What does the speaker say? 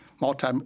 multi